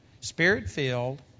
spirit-filled